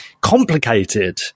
complicated